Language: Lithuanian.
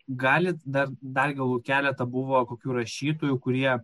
galit dar dar gal keletą buvo kokių rašytojų kurie